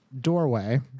doorway